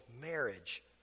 marriage